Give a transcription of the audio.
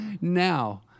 Now